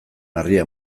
harria